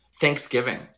Thanksgiving